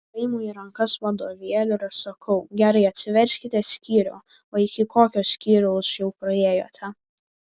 paimu į rankas vadovėlį ir sakau gerai atsiverskite skyrių o iki kokio skyriaus jau priėjote